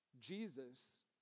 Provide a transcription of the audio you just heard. Jesus